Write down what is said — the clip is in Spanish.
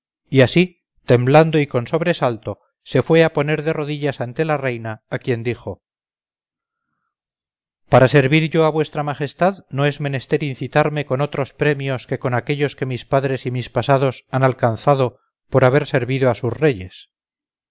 y así temblando y con sobresalto se fue a poner de rodillas ante la reina a quien dijo para servir yo a v majestad no es menester incitarme con otros premios que con aquellos que mis padres y mis pasados han alcanzado por haber servido a sus reyes